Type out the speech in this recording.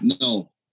no